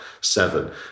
seven